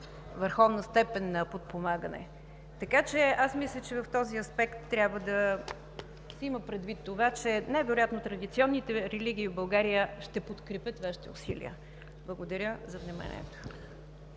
най-върховна степен на подпомагане. Затова мисля, че в този аспект трябва да се има предвид това, че най-вероятно традиционните религии в България ще подкрепят Вашите усилия. Благодаря за вниманието.